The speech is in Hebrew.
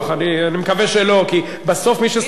אני מקווה שלא, כי בסוף מי שסובל,